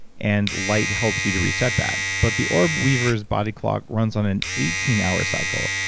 and light helps you to reset that but the orb-weaver's body clock runs on an eighteen hour cycle,